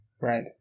Right